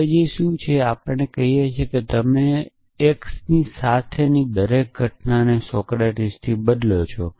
અવેજી શું છે તે આપણે કહીએ છીએ કે તમેસાથે x ની દરેક ઘટનાને સોક્રેટીક બદલો છો